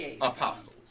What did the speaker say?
apostles